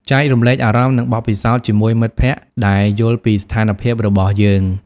ចែករំលែកអារម្មណ៍ និងបទពិសោធន៍ជាមួយមិត្តភក្តិដែលយល់ពីស្ថានភាពរបស់យើង ។